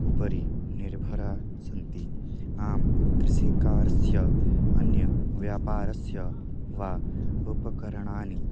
उपरि निर्भराः सन्ति आं कृषिकारस्य अन्यव्यापारस्य वा उपकरणानि